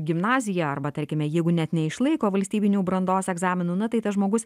gimnaziją arba tarkime jeigu net neišlaiko valstybinių brandos egzaminų na tai tas žmogus